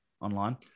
online